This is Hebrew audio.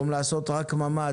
במקום לעשות רק ממ"ד,